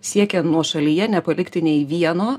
siekia nuošalyje nepalikti nei vieno